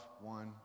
one